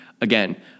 Again